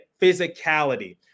physicality